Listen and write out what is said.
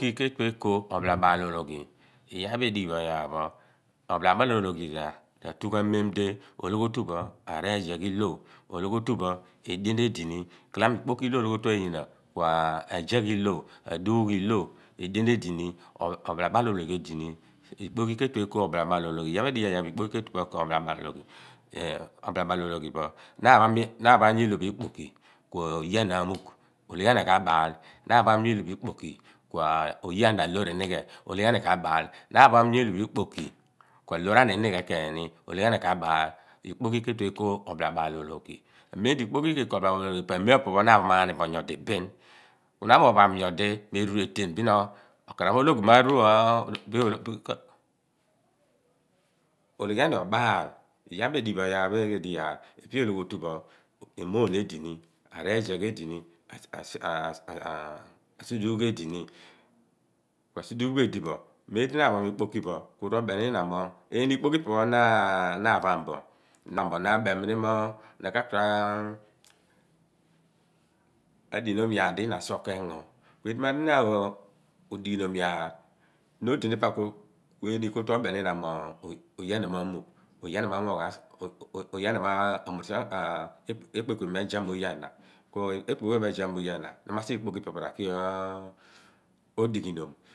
Ikpoki ke/the eko ophalaḇaal olboghi. Idiedighibo, ophalaḇaal olhoghi ra/tughan memdi a reezegh ilo oyupho, edien edini otupho, aduugh ilo otupho. Ikpokibketue eko ophaalabaạl olooghi. Loor eşi di, na a pham ikpoki phọ ku oye ana amuugh olhoghi a na ka/tue abaal, oye a na kua loor inighe olhoghi a na katue abaal. Na apham ikpoki kualoor a na lnighe olooghi a na ka/tue abaal. Amem di ikpoki ke ko ophaalabaal olhoghi po a mem mo a po pho na a phamaani bo nyo di bin. Amem moopopho rerueeteen oka raph olhoghi maaru loor esib di emoon, asiduugh, okooyn edi ghi pa o logho tu pho. Ku iḏigh ku mem lo ikpoki pho edi sighe adighi nom egey iyaar di kengo nyina sour iduonkuilo, naa pham ikpoki phi pe phọ, moony a mem kotueni obeni nyi na mo oye ana maagnuugh, obo-obo ekpe-kpe me zam oye ana.